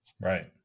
Right